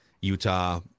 Utah